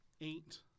eight